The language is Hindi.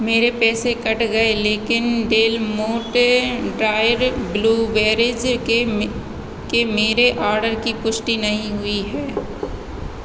मेरे पैसे कट गए लेकिन डेलमोटे ड्राइड ब्लूबेरीज़ के मे के मेरे ऑर्डर की पुष्टि नहीं हुई है